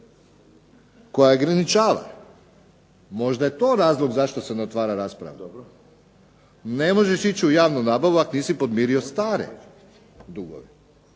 koja ograničava, možda je to razlog zašto se ne otvara rasprava. Ne možeš ići u javnu nabavu ako nisi podmirio stare dugove.